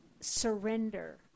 surrender